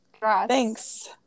thanks